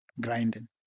grinding